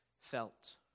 felt